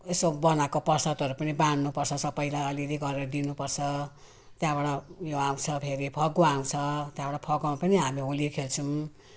यसो बनाएको प्रसादहरू पनि बाँढ्नु पर्छ सबलाई अलि अलि गरेर दिनु पर्छ त्यहाँबाट उयो आउँछ फेरि फगुवा आउँछ त्यहाँबाट फगुवामा पनि हामी होली खेल्छौँ